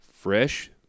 fresh